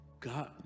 God